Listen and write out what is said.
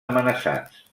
amenaçats